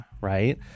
Right